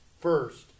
first